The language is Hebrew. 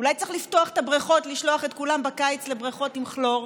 אולי צריך לפתוח את הבריכות ולשלוח את כולם בקיץ לבריכות עם כלור?